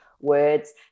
words